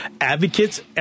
advocates